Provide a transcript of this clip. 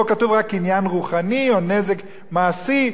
פה כתוב רק קניין רוחני או נזק מעשי.